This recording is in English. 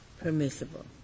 permissible